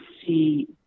see